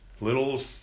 Little